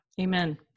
Amen